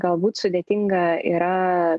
galbūt sudėtinga yra